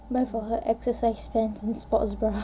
buy for her exercise pants and sports bra